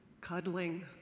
Cuddling